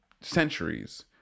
centuries